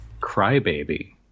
Crybaby